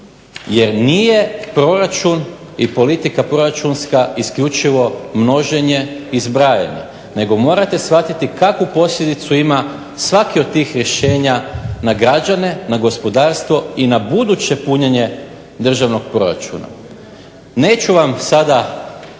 Jer nije proračun i politika proračunska isključivo množenje i zbrajanje, nego morate shvatiti kakvu posljedicu ima svaki od tih rješenja na građane, na gospodarstvo i na buduće punjenje državnog proračuna. Neću vam sada